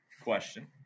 question